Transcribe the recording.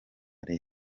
rayon